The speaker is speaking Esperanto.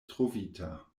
trovita